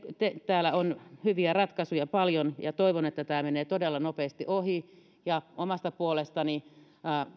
täällä on hyviä ratkaisuja paljon ja toivon että tämä menee todella nopeasti ohi omasta puolestani